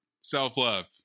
Self-love